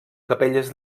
capelles